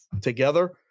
together